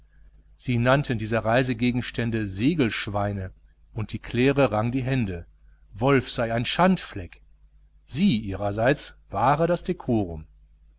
sie nannten diese reisegegenstände segelschweine und die claire rang die hände wolf sei ein schandfleck sie ihrerseits wahre das dekorum